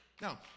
Now